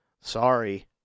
Sorry